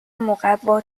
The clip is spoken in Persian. مقوا